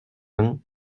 vingt